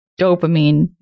dopamine